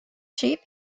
sheep